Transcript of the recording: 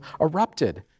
erupted